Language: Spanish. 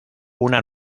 una